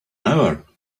hour